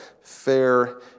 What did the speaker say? Fair